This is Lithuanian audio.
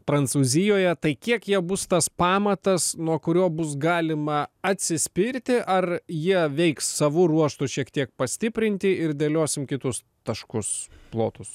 prancūzijoje tai kiek jie bus tas pamatas nuo kurio bus galima atsispirti ar jie veiks savo ruožtu šiek tiek pastiprinti ir dėliosim kitus taškus plotus